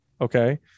Okay